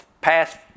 past